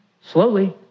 Slowly